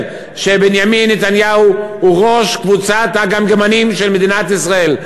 שבנימין נתניהו הוא ראש קבוצת הגמגמנים של מדינת ישראל,